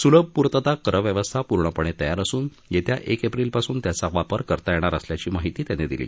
सुलभ पूर्तता करव्यवस्था पूर्णपणे तयार असून येत्या एक एप्रिलपासून त्याचा वापर करता येणार असल्याची माहिती त्यांनी दिली